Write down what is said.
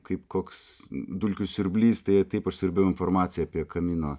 kaip koks dulkių siurblys tai taip aš siurbiu informaciją apie kamino